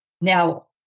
Now